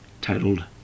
titled